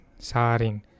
Sarin